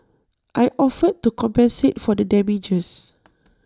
I offered to compensate for the damages